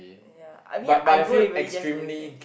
ya I mean I go usually just to relax